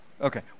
Okay